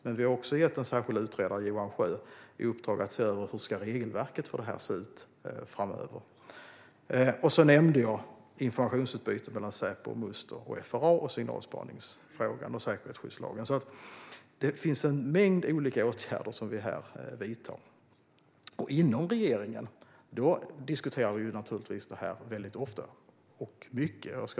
Men vi har också gett en särskild utredare, Johan Sjöö, i uppdrag att se över hur regelverket för det här ska se ut framöver. Jag nämnde också informationsutbytet mellan Säpo, Must och FRA, signalspaningsfrågan och säkerhetsskyddslagen. Vi vidtar alltså en mängd olika åtgärder. Inom regeringen diskuterar vi naturligtvis det här ofta och mycket.